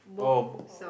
oh